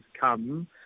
come